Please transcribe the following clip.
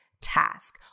task